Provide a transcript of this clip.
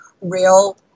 real